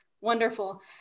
wonderful